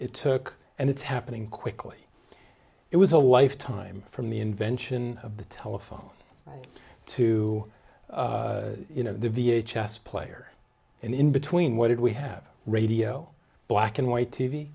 it took and it's happening quickly it was a life time from the invention of the telephone to you know the v h s player and in between what did we have radio black and white t